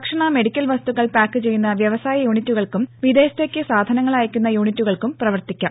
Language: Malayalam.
ഭക്ഷണ മെഡിക്കൽ വസ്തുക്കൾ പാക്ക് ചെയ്യുന്ന വ്യവസായ യൂണിറ്റുകൾക്കും വിദേശത്തേക്ക് സാധനങ്ങൾ അയക്കുന്ന യൂണിറ്റുകൾക്കും പ്രവർത്തിക്കാം